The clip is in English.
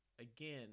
again